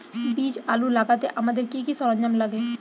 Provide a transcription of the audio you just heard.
বীজ আলু লাগাতে আমাদের কি কি সরঞ্জাম লাগে?